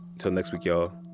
til next week, y'all,